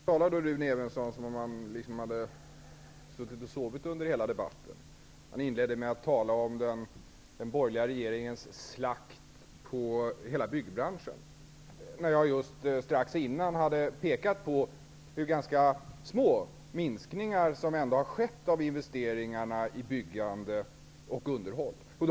Herr talman! Rune Evensson talar som om han hade suttit och sovit under hela debatten. Han inledde med att tala om den borgerliga regeringens slakt på hela byggbranschen, när jag strax innan hade pekat på hur ganska små minskningar av investeringarna i byggande och underhåll som har skett.